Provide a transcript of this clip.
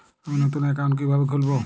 আমি নতুন অ্যাকাউন্ট কিভাবে খুলব?